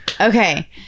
Okay